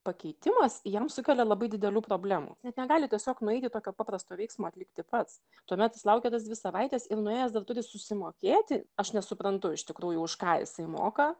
pakeitimas jiems sukelia labai didelių problemų nes negali tiesiog nueiti tokio paprasto veiksmo atlikti pats tuomet jis laukia tas dvi savaites ir nuėjęs dar turi susimokėti aš nesuprantu iš tikrųjų už ką jisai moka